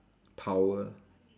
power